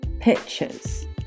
pictures